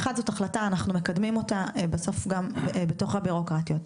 אחת זו החלטה ואנחנו מקדמים אותה בסוף גם בתוך הבירוקרטיה.